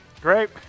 Great